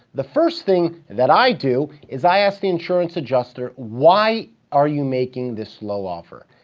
the first thing that i do is i ask the insurance adjuster, why are you making this low offer?